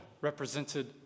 represented